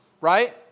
right